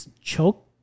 choke